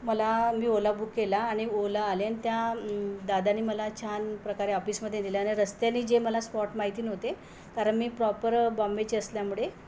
मला मी Ola book केला आणि ओला आले आणि त्या दादांनी मला छान प्रकारे ऑफिसमध्ये दिल्या आणि रस्त्याने जे मला स्पॉट माहिती नव्हते कारण मी प्रॉपर बॉम्बेची असल्यामुळे